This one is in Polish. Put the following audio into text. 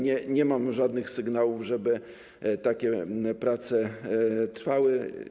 Nie mamy żądanych sygnałów, żeby takie prace trwały.